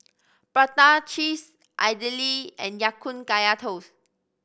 prata cheese idly and Ya Kun Kaya Toast